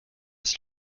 das